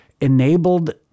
enabled